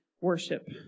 worship